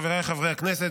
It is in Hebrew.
חבריי חברי הכנסת,